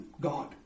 God